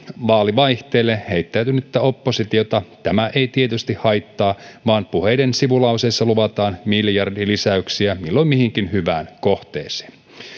vaalivaihteelle heittäytynyttä oppositiota tämä ei tietysti haittaa vaan puheiden sivulauseissa luvataan miljardilisäyksiä milloin mihinkin hyvään kohteeseen